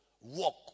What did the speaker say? Walk